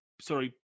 sorry